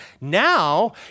Now